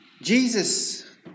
Jesus